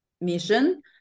mission